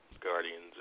Guardians